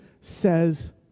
says